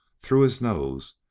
through his nose,